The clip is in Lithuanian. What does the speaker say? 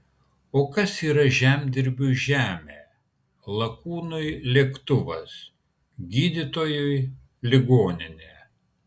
o kas yra žemdirbiui žemė lakūnui lėktuvas gydytojui ligoninė